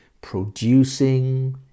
producing